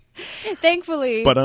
thankfully